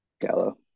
Gallo